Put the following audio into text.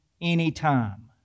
anytime